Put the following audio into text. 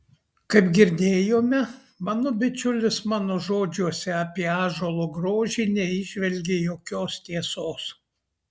kaip girdėjome mano bičiulis mano žodžiuose apie ąžuolo grožį neįžvelgė jokios tiesos